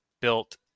built